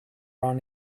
run